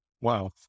Wow